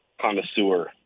connoisseur